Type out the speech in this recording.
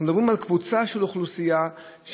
אנחנו מדברים על קבוצה של אוכלוסייה שבאמת,